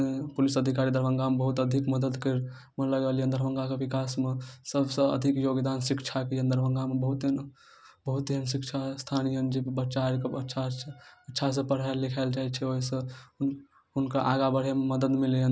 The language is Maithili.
तऽ अप्रिलसँ आ मार्चके बीचमे हमसब ओकरा कटबैत छी हमसब ओकरा मशीनसँ धुनाबैत छी पहिने हमर ससुर सब छलखिन जे माल जालसँ करबाबैत छलखिन आब हमरा सबके पासमे ओसब नहि छै तऽ हमसब मशीनसँ करबाबैत छी